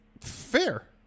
Fair